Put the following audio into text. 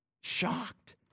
shocked